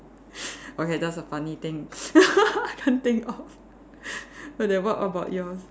okay that's a funny thing can't think of well then what about yours